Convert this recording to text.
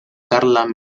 carla